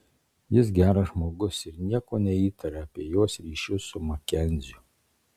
jis geras žmogus ir nieko neįtaria apie jos ryšius su makenziu